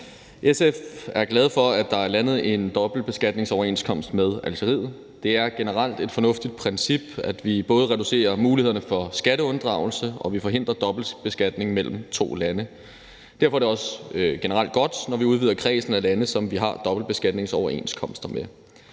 SF er glade for, at der er landet en dobbeltbeskatningsoverenskomst med Algeriet. Det er generelt et fornuftigt princip, at vi både reducerer mulighederne for skatteunddragelse og forhindrer dobbeltbeskatning mellem to lande. Derfor er det også generelt godt, at vi udvider kredsen af lande, som vi har dobbeltbeskatningsoverenskomster med.